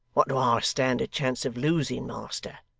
what do i stand a chance of losing, master?